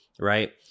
right